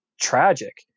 tragic